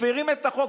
מפירים את החוק,